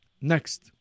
Next